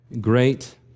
great